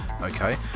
Okay